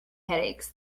headaches